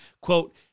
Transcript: quote